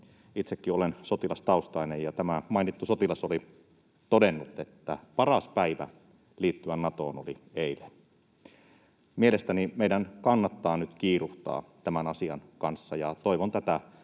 itsekin olen sotilastaustainen, ja tämä mainittu sotilas oli todennut, että paras päivä liittyä Natoon oli eilen. Mielestäni meidän kannattaa nyt kiiruhtaa tämän asian kanssa, ja toivon tätä